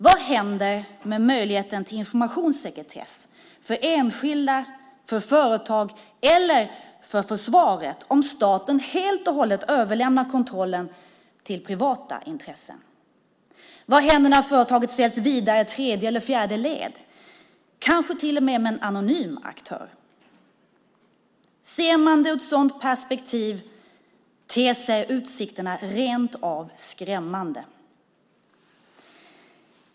Vad händer med möjligheten till informationssekretess för enskilda, för företag eller för försvaret om staten helt och hållet överlämnar kontrollen till privata intressen? Vad händer när företaget säljs vidare i tredje eller fjärde led, kanske till och med till en anonym aktör? Ser man det ur ett sådant perspektiv ter sig utsikterna rent av skrämmande.